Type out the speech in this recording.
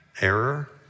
error